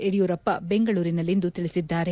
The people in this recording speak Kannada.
ಯಡಿಯೂರಪ್ಪ ಬೆಂಗಳೂರಿನಲ್ಲಿಂದು ತಿಳಿಸಿದ್ದಾರೆ